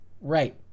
Right